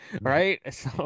right